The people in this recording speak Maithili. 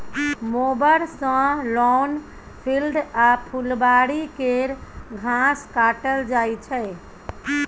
मोबर सँ लॉन, फील्ड आ फुलबारी केर घास काटल जाइ छै